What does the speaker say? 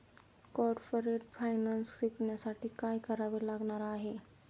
Corporate finance शिकण्यासाठी काय करावे लागणार आहे?